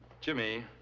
Jimmy